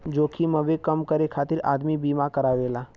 जोखिमवे कम करे खातिर आदमी बीमा करावेला